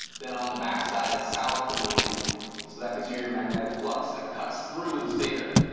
then on the back side it's south pointing in. so that gives you your magnetic flux that cuts through the stater.